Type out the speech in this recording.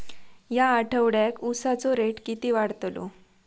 या आठवड्याक उसाचो रेट किती वाढतलो?